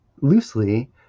loosely